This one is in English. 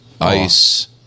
Ice